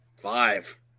Five